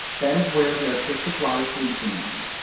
that is where the artistic life leads a man